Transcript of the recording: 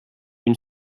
une